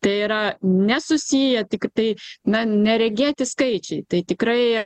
tai yra nesusiję tiktai na neregėti skaičiai tai tikrai